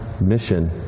mission